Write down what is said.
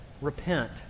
Repent